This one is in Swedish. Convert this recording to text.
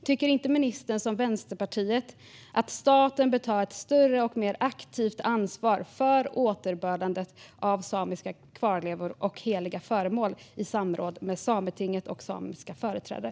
Tycker ministern inte som Vänsterpartiet att staten bör ta ett större och mer aktivt ansvar för återbördandet av samiska kvarlevor och heliga föremål i samråd med Sametinget och samiska företrädare?